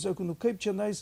sako nu kaip čianais